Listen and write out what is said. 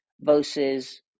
versus